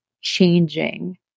changing